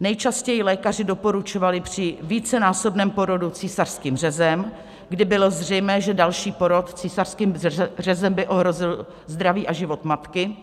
Nejčastěji ji lékaři doporučovali při vícenásobném porodu císařským řezem, kdy bylo zřejmé, že další porod císařským řezem by ohrozil zdraví a život matky